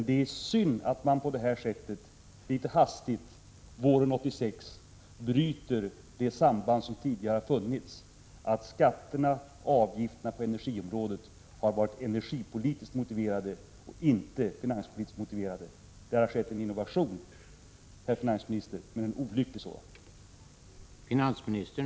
Det är synd att man på det här sättet litet hastigt våren 1986 bryter det samband som tidigare funnits genom att skatterna och avgifterna på energiområdet varit energipolitiskt och inte finanspolitiskt motiverade. Det har skett en innovation, herr finansminister, men en olycklig sådan.